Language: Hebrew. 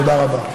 תודה רבה.